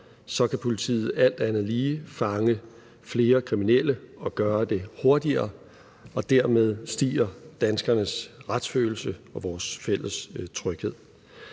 kan politiet alt andet lige fange flere kriminelle og gøre det hurtigere, og dermed stiger danskernes retsfølelse og vores fælles tryghed.